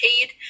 paid